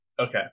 Okay